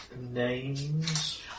names